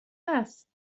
است